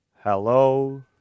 Hello